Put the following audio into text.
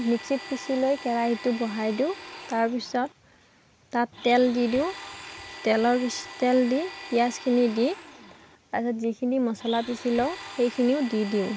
মিক্সিত পিছি লৈ কেৰাহীটো বহাই দিওঁ তাৰপিছত তাত তেল দি দিওঁ তেলৰ পিছত তেল দি পিয়াঁজখিনি দি তাৰপিছত যিখিনি মছলা পিছি লওঁ সেইখিনিও দি দিওঁ